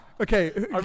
Okay